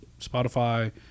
Spotify